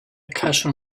cushion